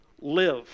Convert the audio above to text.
live